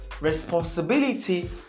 responsibility